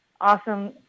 awesome